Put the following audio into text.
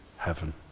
Heaven